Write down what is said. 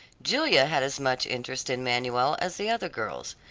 julia had as much interest in manuel as the other girls.